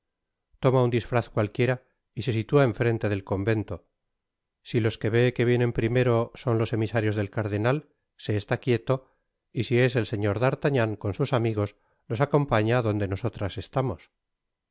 toma un disfraz cualquiera y se situa ec frente del convento si los que vienen primero son los emisarios del cardenal se está quieto y si es el señor d'artagnan con sus amigos los acompaña á donde nosotras estamos